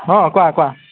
অঁ কোৱা কোৱা